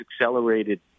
accelerated